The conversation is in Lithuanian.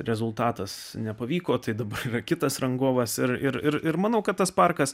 rezultatas nepavyko tai dabar yra kitas rangovas ir ir manau kad tas parkas